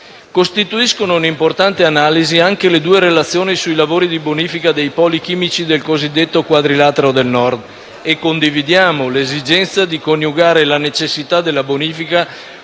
Costituiscono un'importante analisi anche le due relazioni sui lavori di bonifica dei poli chimici del cosiddetto Quadrilatero del Nord. Condividiamo l'esigenza di coniugare la necessità della bonifica